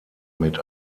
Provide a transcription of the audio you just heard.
mit